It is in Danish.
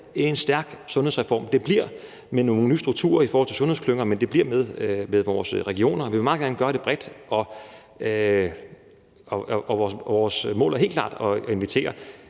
en stærk sundhedsreform. Det bliver med nogle nye strukturer i forhold til sundhedsklynger, men det bliver med vores regioner. Vi vil meget gerne gøre det bredt, og vores mål er helt klart at invitere